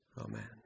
Amen